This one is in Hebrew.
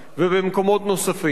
ובמקומות נוספים.